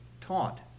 taught